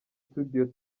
studio